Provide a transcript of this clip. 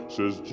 Says